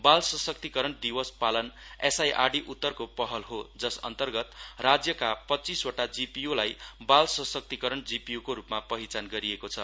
बाल सशक्तिकरण दिवस पालन एसआइआरडी उत्तरको पहल हो जस अन्तर्गत राज्यका पच्चीसवटा जिपिय्लाई बाल सशक्तिकरण जिपियू को रूपमा पहिचान गरिएको छ